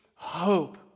hope